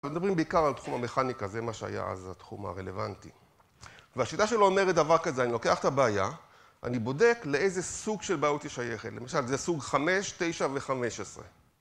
אנחנו מדברים בעיקר על תחום המכניקה, זה מה שהיה אז התחום הרלוונטי. והשיטה שלו אומרת דבר כזה, אני לוקח את הבעיה, ואני בודק לאיזה סוג של בעיות היא שייכת, למשל זה סוג 5, 9 ו-15